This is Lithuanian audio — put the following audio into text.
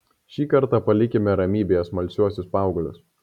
šį kartą palikime ramybėje smalsiuosius paauglius